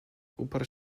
uparł